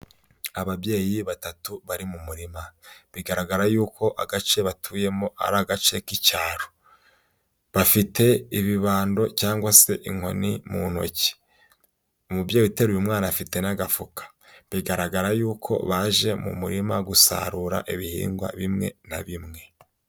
Ababyeyi batatu bari mu murima bigaragara yuko agace batuyemo ari agace k'icyaro, bafite ibibando cyangwa se inkoni mu ntoki. Umubyeyi uteruye umwana afite n'agafuka bigaragara yuko baje mu murima gusarura ibihingwa bimwe na bimwe.